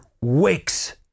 wakes